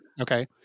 Okay